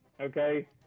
Okay